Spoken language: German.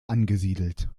angesiedelt